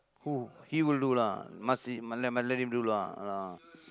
who he will do lah must see must must let him do lah ah